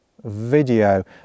video